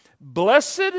Blessed